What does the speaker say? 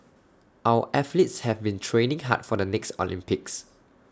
our athletes have been training hard for the next Olympics